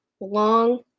long